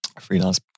freelance